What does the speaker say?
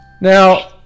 Now